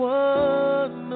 one